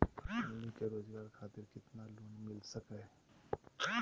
हमनी के रोगजागर खातिर कितना का लोन मिलता सके?